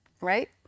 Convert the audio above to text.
right